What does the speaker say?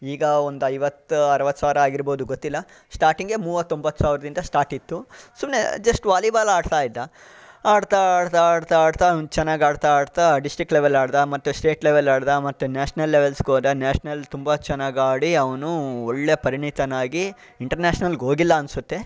ಈಗ ಒಂದು ಐವತ್ತು ಅರ್ವತ್ತು ಸಾವಿರ ಆಗಿರ್ಬಹುದು ಗೊತ್ತಿಲ್ಲ ಸ್ಟಾರ್ಟಿಂಗೆ ಮೂವತ್ತೊಂಬತ್ತು ಸಾವಿರದಿಂದ ಸ್ಟಾರ್ಟ್ ಇತ್ತು ಸುಮ್ಮನೆ ಜಸ್ಟ್ ವಾಲಿಬಾಲ್ ಆಡ್ತಾಯಿದ್ದ ಆಡ್ತಾ ಆಡ್ತಾ ಆಡ್ತಾ ಆಡ್ತಾ ಅವನು ಚೆನ್ನಾಗಿ ಆಡ್ತಾ ಆಡ್ತಾ ಡಿಸ್ಟ್ರಿಕ್ ಲೆವೆಲ್ ಆಡಿದ ಮತ್ತು ಸ್ಟೇಟ್ ಲೆವೆಲ್ ಆಡಿದ ಮತ್ತು ನ್ಯಾಷ್ನಲ್ ಲೆವೆಲ್ಸ್ಗೆ ಹೋದ ನ್ಯಾಷ್ನಲ್ ತುಂಬ ಚೆನ್ನಾಗಿ ಆಡಿ ಅವನು ಒಳ್ಳೆಯ ಪರಿಣಿತನಾಗಿ ಇಂಟರ್ನ್ಯಾಷ್ನಲ್ಗೆ ಹೋಗಿಲ್ಲ ಅನ್ನಿಸುತ್ತೆ